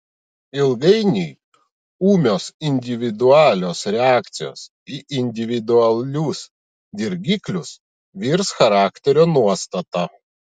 ilgainiui ūmios individualios reakcijos į individualius dirgiklius virs charakterio nuostata